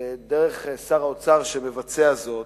דרך שר האוצר שמבצע זאת,